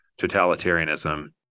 totalitarianism